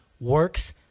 works